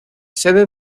sede